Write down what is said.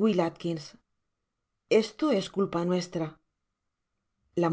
w a esto es culpa nuestra la